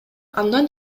андан